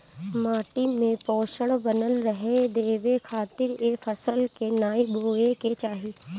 माटी में पोषण बनल रहे देवे खातिर ए फसल के नाइ बोए के चाही